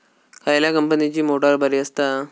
खयल्या कंपनीची मोटार बरी असता?